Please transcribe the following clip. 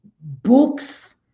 books